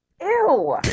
Ew